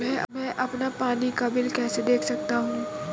मैं अपना पानी का बिल कैसे देख सकता हूँ?